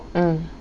mm